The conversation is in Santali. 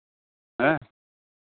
ᱦᱮᱸ